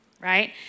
right